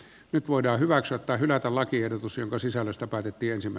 nyt voidaan hyväksyä tai hylätä lakiehdotus jonka sisällöstä päätettiin simo